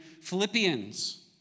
Philippians